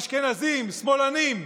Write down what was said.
אשכנזים, שמאלנים,